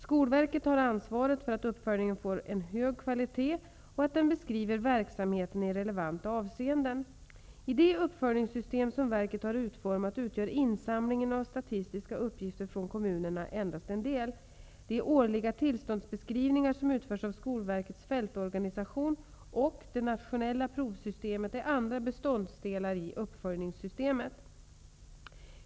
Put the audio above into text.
Skolverket har ansvaret för att uppföljningen får en hög kvalitet och att den beskriver verksamheten i relevanta avseenden. I det uppföljningssystem som verket har utformat utgör insamlingen av statistiska uppgifter från kommunerna endast en del. De årliga tillståndsbeskrivningar, som utförs av Skolverkets fältorganisation, och det nationella provsystemet är andra beståndsdelar i uppföljningssystemet.